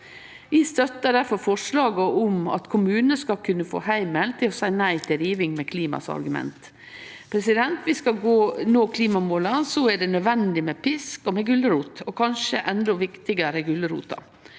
Vi støttar difor forslaget om at kommunane skal kunne få heimel til å seie nei til riving, med klima som argument. Om vi skal nå klimamåla, er det nødvendig med pisk og med gulrot, og kanskje endå viktigare er gulrota.